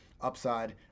upside